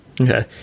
okay